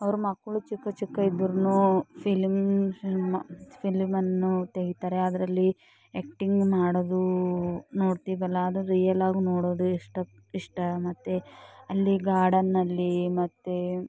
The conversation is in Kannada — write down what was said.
ಅವರ ಮಕ್ಕಳು ಚಿಕ್ಕ ಚಿಕ್ಕ ಇದ್ರುನು ಫಿಲಮ್ ಫಿಲ್ಮ್ ಫಿಲಮ್ಮನ್ನು ತೆಗಿತಾರೆ ಅದರಲ್ಲಿ ಆ್ಯಕ್ಟಿಂಗ್ ಮಾಡೋದು ನೋಡ್ತೀವಲ್ಲ ಅದು ರಿಯಲ್ಲಾಗಿ ನೋಡೋದು ಇಷ್ಟ ಇಷ್ಟ ಮತ್ತೆ ಅಲ್ಲಿ ಗಾರ್ಡನ್ನಲ್ಲಿ ಮತ್ತೆ